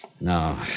No